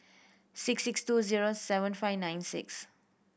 six six two zero seven five nine six